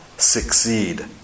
Succeed